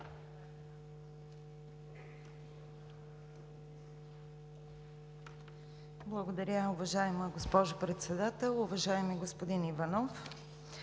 Благодаря, уважаема госпожо Председател. Уважаеми господин Иванов,